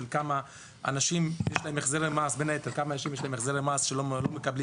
על לכמה אנשים יש החזרי מס שלא מקבלים